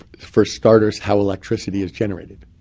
for starters, how electricity is generated.